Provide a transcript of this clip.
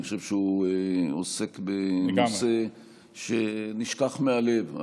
אני חושב שהוא עוסק בנושא שנשכח מהלב,